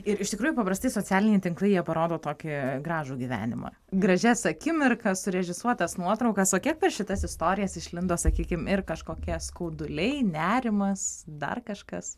ir iš tikrųjų paprastai socialiniai tinklai jie parodo tokį gražų gyvenimą gražias akimirkas surežisuotas nuotraukas o kiek per šitas istorijas išlindo sakykim ir kažkokie skauduliai nerimas dar kažkas